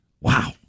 Wow